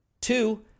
Two